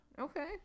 Okay